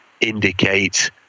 indicate